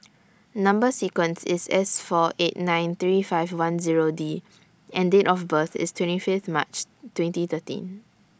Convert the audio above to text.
Number sequence IS S four eight nine three five one Zero D and Date of birth IS twenty Fifth March twenty thirteen